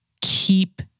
keep